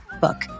book